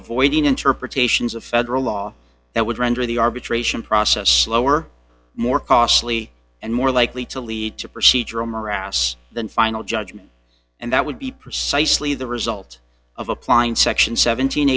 avoiding interpretations of federal law that would render the arbitration process slower more costly and more likely to lead to procedural morass than final judgment and that would be precisely the result of applying section seven